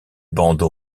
bandes